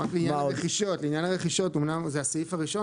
לעניין הרכישות אמנם זה הסעיף הראשון